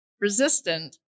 resistant